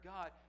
God